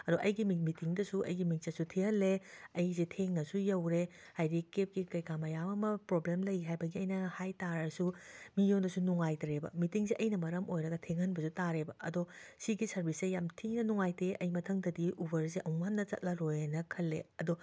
ꯑꯗꯣ ꯑꯩꯒꯤ ꯃꯤꯡ ꯃꯤꯇꯤꯡꯗꯁꯨ ꯑꯩꯒꯤ ꯃꯤꯡꯆꯠꯁꯨ ꯊꯤꯍꯜꯂꯦ ꯑꯩꯖꯦ ꯊꯦꯡꯅꯁꯨ ꯌꯧꯔꯦ ꯍꯥꯏꯗꯤ ꯀꯦꯞꯀꯤ ꯀꯩꯀꯥ ꯃꯌꯥꯝ ꯑꯃ ꯄ꯭ꯔꯣꯕ꯭ꯂꯦꯝ ꯂꯩ ꯍꯥꯏꯕꯒꯤ ꯑꯩꯅ ꯍꯥꯏꯇꯥꯔꯁꯨ ꯃꯤꯉꯣꯟꯗꯁꯨ ꯅꯨꯡꯉꯥꯏꯇ꯭ꯔꯦꯕ ꯃꯤꯇꯤꯡꯖꯦ ꯑꯩꯅ ꯃꯔꯝ ꯑꯣꯏꯔꯒ ꯊꯦꯡꯍꯟꯕꯖꯨ ꯇꯥꯔꯦꯕ ꯑꯗꯣ ꯁꯤꯒꯤ ꯁꯥꯔꯕꯤꯁꯁꯦ ꯌꯥꯝ ꯊꯤꯅ ꯅꯨꯡꯉꯥꯏꯇꯦ ꯑꯩ ꯃꯊꯡꯗꯗꯤ ꯎꯕꯔꯖꯦ ꯑꯃꯨꯛ ꯍꯟꯅ ꯆꯠꯂꯔꯣꯏꯅ ꯈꯜꯂꯦ ꯑꯗꯣ